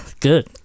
good